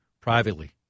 privately